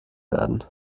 werden